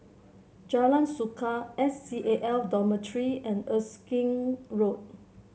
Jalan Suka S C A L Dormitory and Erskine Road